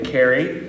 Carrie